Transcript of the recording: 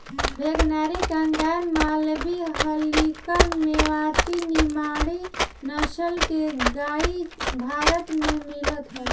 भगनारी, कंगायम, मालवी, हल्लीकर, मेवाती, निमाड़ी नसल के गाई भारत में मिलत हवे